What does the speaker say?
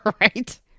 right